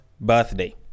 birthday